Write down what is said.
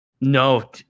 No